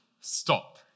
stop